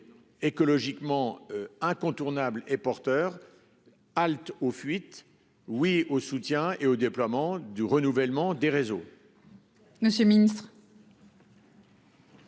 écologiquement incontournable et porteur. Halte aux fuites ! Oui au soutien au déploiement du renouvellement des réseaux